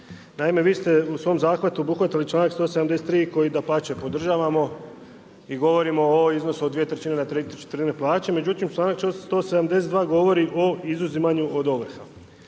Naime, vi ste u svom zahvatu obuhvatili članak 173., koji dapače podržavamo, i govorimo o iznosu od 2/3 na ¾ plače, međutim članaka 172. govori o izuzimanju od ovrha.